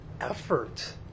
effort